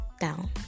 down